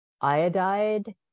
iodide